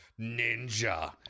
ninja